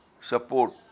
support